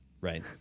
right